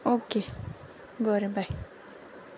okay बोरें बाय